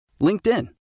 LinkedIn